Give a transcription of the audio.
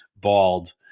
bald